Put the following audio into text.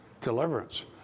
deliverance